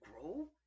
grow